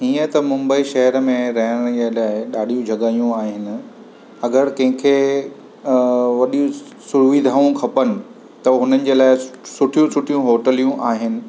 इअं त मुम्बई शहर में रहण जे लाइ ॾाढियूं जॻहियूं आहिनि अगरि कंहिंखे वॾियूं सु सुविधाऊं खपनि त उन्हनि जे लाइ सुठियूं सुठियूं होटलूं आहिनि